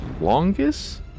longest